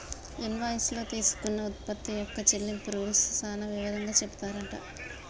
invoice లో తీసుకున్న ఉత్పత్తి యొక్క చెల్లింపు రూల్స్ సాన వివరంగా చెపుతారట